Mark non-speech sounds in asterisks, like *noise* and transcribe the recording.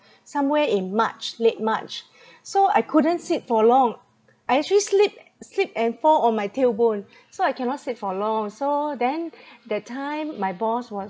somewhere in march late march so I couldn't sit for long I actually slip slip and fall on my tailbone so I cannot sit for long so then *breath* that time my boss was